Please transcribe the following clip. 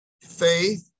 Faith